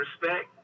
respect